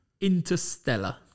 Interstellar